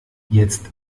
jetzt